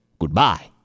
goodbye